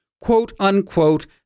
quote-unquote